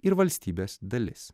ir valstybės dalis